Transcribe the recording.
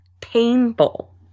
painful